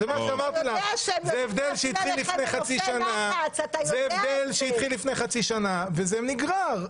זה הבדל שהתחיל לפני חצי שנה וזה נגרר.